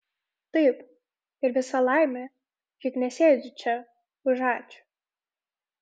taip ir visa laimė juk nesėdžiu čia už ačiū